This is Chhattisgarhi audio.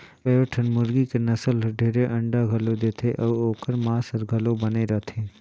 कयोठन मुरगी के नसल हर ढेरे अंडा घलो देथे अउ ओखर मांस हर घलो बने रथे